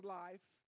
life